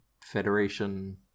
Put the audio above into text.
Federation